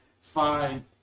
Fine